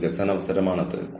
മെച്ചപ്പെടുത്തൽ തന്ത്രം